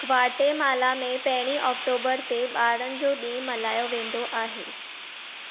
Guatemala में पहिरीं आक्टोबरु ते ॿारनि जो ॾीहुं मल्हायो वेंदो आहे